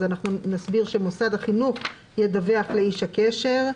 אז נסביר ש"מוסד החינוך ידווח לאיש הקשר".